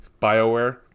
Bioware